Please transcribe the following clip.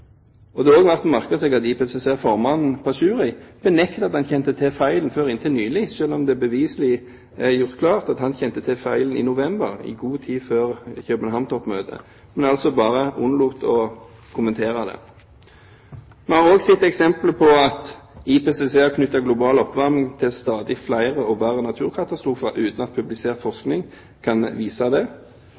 Det er også verd å merke seg at IPCCs formann, Pachauri, inntil nylig benektet at han kjente til feilen, selv om det beviselig er gjort klart at han kjente til feilen i november – i god tid før København-toppmøtet. Han unnlot altså bare å kommentere det. Vi har også sett eksempler på at IPCC har knyttet global oppvarming til stadig flere og verre naturkatastrofer, uten at publisert forskning kan vise det.